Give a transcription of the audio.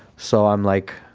so i'm like,